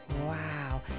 wow